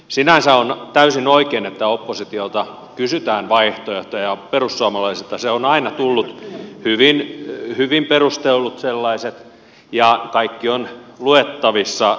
sinänsä on täysin oikein että oppositiolta kysytään vaihtoehtoja ja perussuomalaisilta on aina tullut hyvin perustellut sellaiset ja kaikki on luettavissa